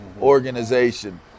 organization